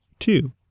Two